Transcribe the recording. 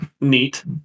neat